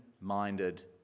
minded